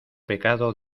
pecado